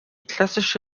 klassische